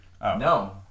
No